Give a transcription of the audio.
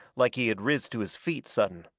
like he had riz to his feet sudden.